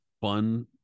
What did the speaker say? fun